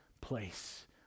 place